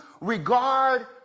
regard